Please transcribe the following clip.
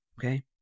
Okay